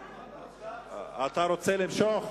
אתה רוצה למשוך?